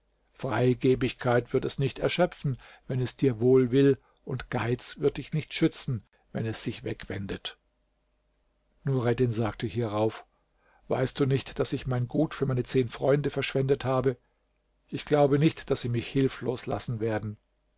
freigebigkeit wird es nicht erschöpfen wenn es dir wohl will und geiz wird dich nicht schützen wenn es sich wegwendet nureddin sagte hierauf weißt du nicht daß ich mein gut für meine zehn freunde verschwendet habe ich glaube nicht daß sie mich hilflos lassen werden